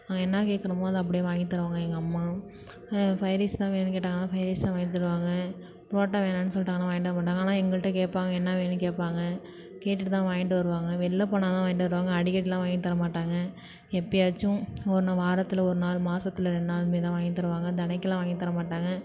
நாங்கள் என்ன கேக்கிறோமோ அதை அப்படியே வாங்கி தருவாங்க எங்கள் அம்மா ஃப்ரைட் ரைஸ் தான் வேணும்னு கேட்டாங்கன்னா ஃப்ரைட் ரைஸ் தான் வாங்கி தருவாங்க புரோட்டா வேணாம்னு சொல்லிட்டேன் அதனால வாங்கிட்டு வரமாட்டாங்க ஆனால் எங்கள்ட்ட கேட்பாங்க என்ன வேணும்னு கேட்பாங்க கேட்டுட்டு தான் வாங்கிட்டு வருவாங்க வெளில போனால் தான் வாங்கிட்டு வருவாங்க அடிக்கடிலாம் வாங்கித் தரமாட்டாங்க எப்போயாச்சும் ஒன்று வாரத்தில் ஒரு நாள் மாசத்தில் ரெண்டு நாள் இதுமாரி தான் வாங்கித் தருவாங்க தினைக்கும்லாம் வாங்கித் தரமாட்டாங்க